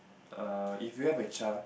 err if you have a child